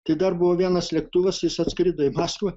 tai dar buvo vienas lėktuvas jis atskrido į maskvą